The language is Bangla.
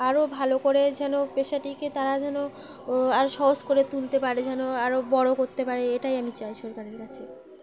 আরও ভালো করে যেন পেশাটিকে তারা যেন আরও সহজ করে তুলতে পারে যেন আরও বড়ো করতে পারে এটাই আমি চাই সরকারের কাছে